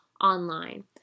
online